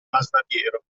masnadiero